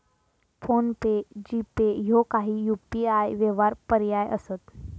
phone पे, GPay ह्यो काही UPI व्यवहार पर्याय असत